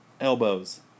Elbows